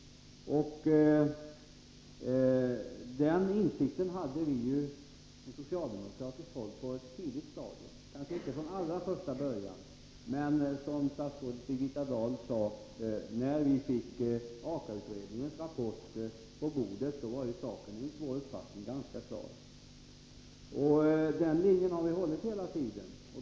Den inställningen hade vi från socialdemokratiskt håll på ett tidigt stadium, kanske inte från allra första början, men som statsrådet Birgitta Dahl sade, när vi fick AKA-utredningens rapport på bordet var vår uppfattning ganska klar. Vi har hållit vår linje hela tiden.